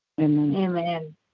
Amen